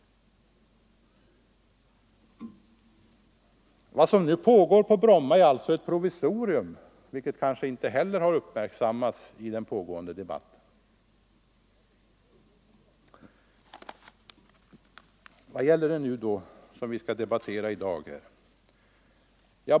Vad som nu äger rum på Bromma är alltså ett provisorium, vilket kanske inte har uppmärksammats i den pågående debatten. Vad är det då som vi skall debattera i dag?